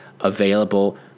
available